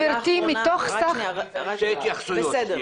שתי התייחסות.